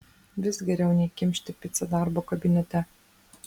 vis geriau nei kimšti picą darbo kabinete